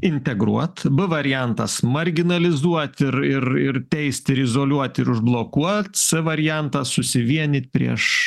integruot b variantas marginalizuot ir ir ir teist ir izoliuot ir užblokuot c variantas susivienyt prieš